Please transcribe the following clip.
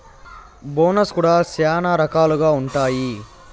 bonus కూడా శ్యానా రకాలుగా ఉంటాయి